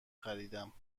خریدم